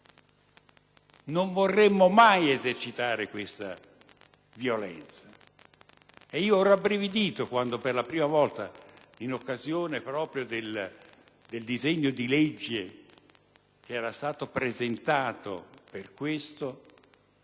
Non vorremmo mai esercitare questa violenza